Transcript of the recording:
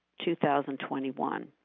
2021